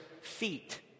feet